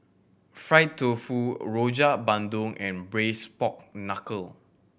fry tofu Rojak Bandung and braise pork knuckle